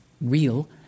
real